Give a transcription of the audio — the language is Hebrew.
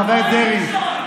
חבר הכנסת דרעי,